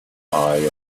eye